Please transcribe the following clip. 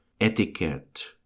etiquette